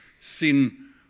Sin